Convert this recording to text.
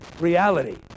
reality